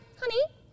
Honey